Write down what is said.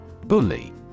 Bully